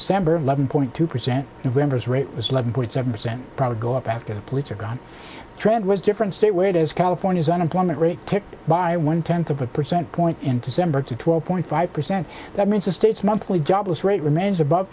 samberg eleven point two percent interest rate was eleven point seven percent probably go up after the police are gone the trend was different state wait is california's unemployment rate ticked by one tenth of a percent point in december to twelve point five percent that means the state's monthly jobless rate remains above